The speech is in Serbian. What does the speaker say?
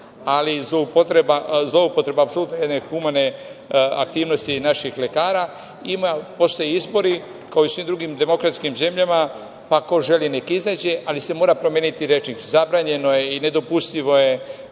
ali i zloupotreba apsolutno jedne humane aktivnosti naših lekara. Postoje izbori, kao i u svim drugim demokratskim zemljama, pa ko želi nek izađe, ali se mora promeniti rečnik. Zabranjeno je i nedopustivo je